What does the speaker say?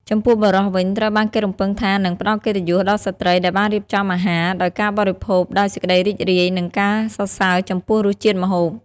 ចំពោះបុរសវិញ ត្រូវបានគេរំពឹងថានឹង ផ្តល់កិត្តិយសដល់ស្ត្រីដែលបានរៀបចំអាហារ ដោយការបរិភោគដោយសេចក្តីរីករាយ និងការសរសើរចំពោះរសជាតិម្ហូប។